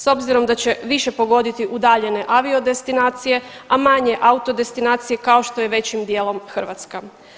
S obzirom da će više pogoditi udaljene aviodestinacije, a manje auto destinacije kao što je većim dijelom Hrvatska.